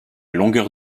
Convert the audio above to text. longueur